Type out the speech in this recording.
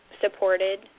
supported